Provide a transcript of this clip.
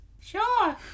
sure